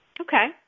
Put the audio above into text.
Okay